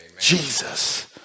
Jesus